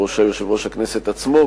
בראשה יושב-ראש הכנסת עצמו,